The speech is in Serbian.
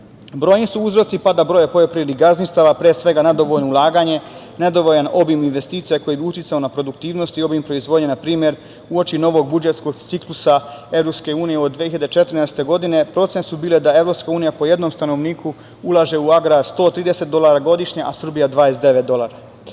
su uzroci pada broja poljoprivrednih gazdinstava. Pre svega nedovoljno ulaganje, nedovoljan obim investicija koje bi uticao na produktivnost i obim proizvodnje npr. uoči novog budžetskog ciklusa EU od 2014. godine. Procene su bile da EU po jednom stanovniku ulaže u agrar 130 dolara godišnje, a Srbija 29 dolara.